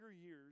years